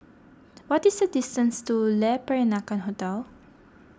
what is the distance to Le Peranakan Hotel